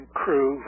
crew